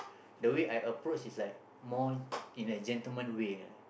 the way I approach is like more in a gentlemen way ah